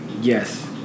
Yes